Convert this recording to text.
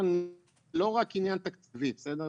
זה לא רק עניין תקציבי, בסדר?